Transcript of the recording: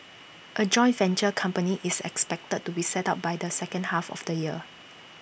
A joint venture company is expected to be set up by the second half of the year